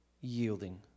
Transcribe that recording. yielding